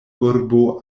urbo